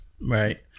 Right